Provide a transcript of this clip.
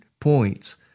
points